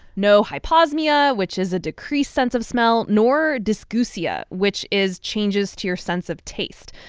no hyposmia, which is a decreased sense of smell, nor dysgeusia, which is changes to your sense of taste.